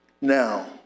now